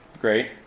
Great